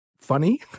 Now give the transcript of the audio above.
funny